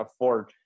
afford